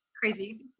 crazy